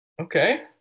Okay